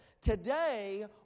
today